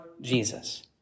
Jesus